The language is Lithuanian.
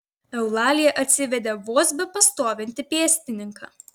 eulalija atsivedė vos bepastovintį pėstininką